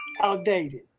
outdated